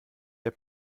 der